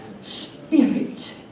spirit